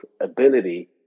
ability